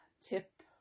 tip